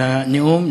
על הנאום,